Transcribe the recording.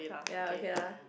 ya okay lah